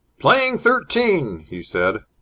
playing thirteen! he said.